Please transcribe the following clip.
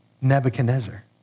Nebuchadnezzar